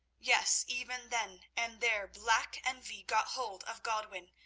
yes even then and there, black envy got hold of godwin,